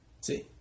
See